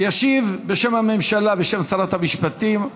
ישיב בשם הממשלה, בשם שרת המשפטים,